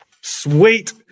sweet